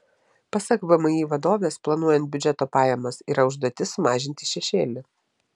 pasak vmi vadovės planuojant biudžeto pajamas yra užduotis sumažinti šešėlį